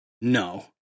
no